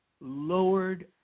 lowered